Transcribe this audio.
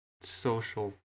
social